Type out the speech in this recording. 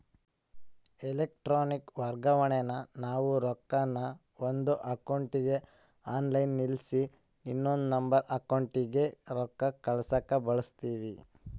electronic ವರ್ಗಾವಣೇನಾ ನಾವು ರೊಕ್ಕಾನ ಒಂದು ಅಕೌಂಟ್ಲಾಸಿ ಆನ್ಲೈನ್ಲಾಸಿ ಇನವಂದ್ ಅಕೌಂಟಿಗೆ ರೊಕ್ಕ ಕಳ್ಸಾಕ ಬಳುಸ್ತೀವಿ